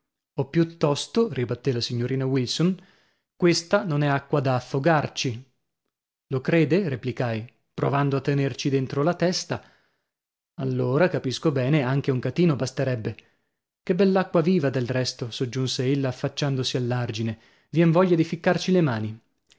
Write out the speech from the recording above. o piuttosto ribattè la signorina wilson questa non è acqua da affogarci lo crede replicai provando a tenerci dentro la testa allora capisco bene anche un catino basterebbe che bell'acqua viva del resto soggiunse ella affacciandosi all'argine vien voglia di ficcarci le mani